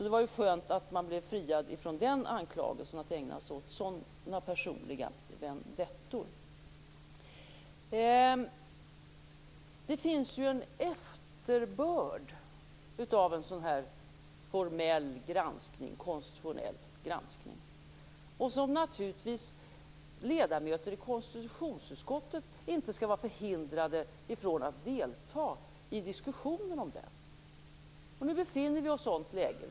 Det var ju skönt att man blev friad från anklagelsen att ägna sig åt sådana personliga vendettor. Det finns en efterbörd av en sådan här formell konstitutionell granskning, och ledamöter i konstitutionsutskottet skall naturligtvis inte vara förhindrade att delta i diskussionen om den. Vi befinner oss nu i ett sådant läge.